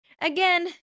again